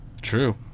true